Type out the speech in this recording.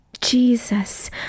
Jesus